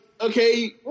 okay